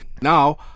now